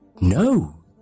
No